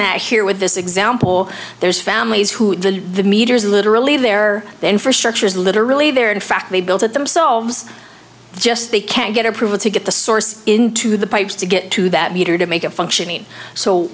here with this example there's families who the meters literally their infrastructure is literally there in fact they built it themselves just they can't get approval to get the source into the pipes to get to that meter to make it functioning so